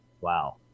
wow